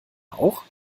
auch